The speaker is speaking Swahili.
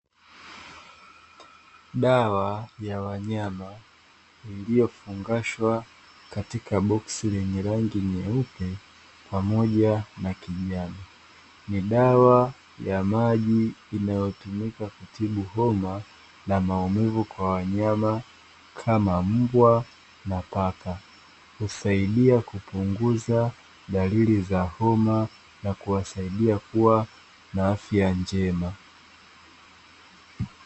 Dawa ya wanyama iliyofungashwa katika boksi lenye rangi nyeupe pamoja na kijani. Ni dawa ya maji inayotumika kutibu homa na maumivu kwa wanyama kama mbwa na paka. Husaidia kupunguza dalili za homa na kuwasaidia kuwa na afya njema.